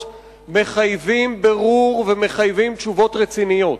מחייבים בירור ומחייבים תשובות רציניות.